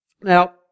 Now